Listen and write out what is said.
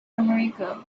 america